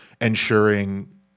ensuring